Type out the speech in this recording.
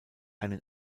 einen